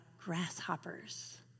grasshoppers